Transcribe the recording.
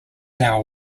now